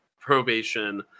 probation